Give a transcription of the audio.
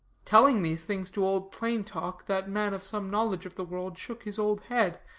telling these things to old plain talk, that man of some knowledge of the world shook his old head,